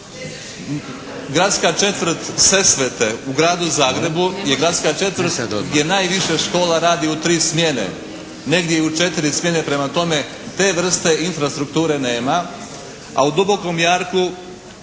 Gradska četvrt Sesvete u gradu Zagrebu je gradska četvrt gdje najviše škola radi u tri smjene, negdje i u četiri smjene. Prema tome, te vrste infrastrukture nema. A u Dubokom jarku,